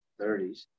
30s